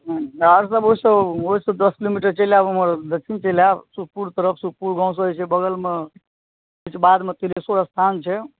ओहिसँ दस किलोमीटर चलि आएब उम्हर दक्षिण चलि आएब सुखपुर तरफ सुखपुर गाँवसँ जे छै से बगलमे किछु बादमे तिल्हेश्वर स्थान छै